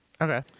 Okay